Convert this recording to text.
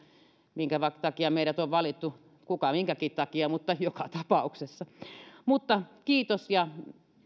minkä takia meidät on valittu kuka minkäkin takia mutta joka tapauksessa kiitos ja